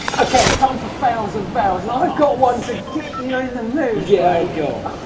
okay, it's time for fails and bails, and i've got one to get you aw! in the mood. yeah, go on.